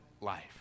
life